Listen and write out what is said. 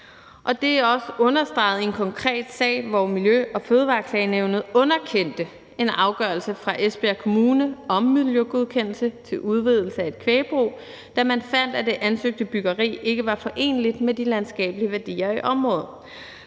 Det er også understreget i en konkret sag, hvor Miljø- og Fødevareklagenævnet underkendte en afgørelse fra Esbjerg Kommune om miljøgodkendelse til udvidelse af et kvægbrug, da man fandt, at det ansøgte byggeri ikke var foreneligt med de landskabelige værdier i området.